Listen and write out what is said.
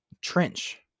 trench